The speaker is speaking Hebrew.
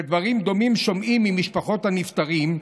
ודברים דומים שומעים ממשפחות הנפטרים,